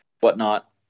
whatnot